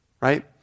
right